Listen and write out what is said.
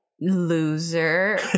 loser